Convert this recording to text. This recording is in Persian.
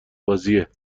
بازیه